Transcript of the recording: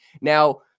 Now